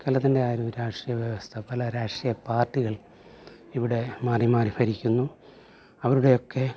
കേരളത്തിൻ്റെ ആ ഒരു രാഷ്ട്രീയ വ്യവസ്ഥ പല രാഷ്ട്രീയ പാർട്ടികൾ ഇവിടെ മാറി മാറി ഭരിക്കുന്നു അവരുടെയൊക്കെ